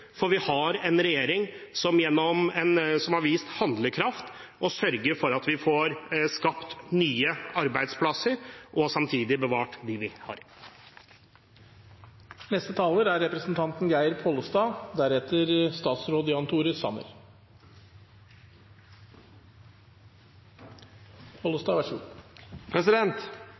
for vi har en regjering som har vist handlekraft og sørget for at vi får skapt nye arbeidsplasser og samtidig bevart dem vi har. Senterpartiet måler ikkje berre sin næringspolitikk i kor høg eller låg arbeidsløysa er.